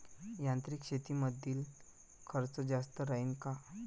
यांत्रिक शेतीमंदील खर्च जास्त राहीन का?